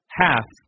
half